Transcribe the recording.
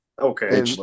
Okay